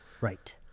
Right